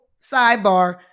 sidebar